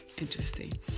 Interesting